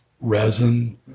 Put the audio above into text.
resin